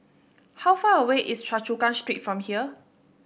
how far away is Choa Chu Kang Street from here